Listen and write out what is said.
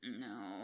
No